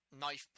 knife